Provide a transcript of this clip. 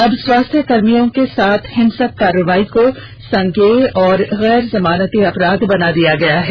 अब स्वास्थ्य कर्मियों के साथ हिंसक कार्रवाई को संज्ञेय और गैर जमानती अपराध बना दिया गया है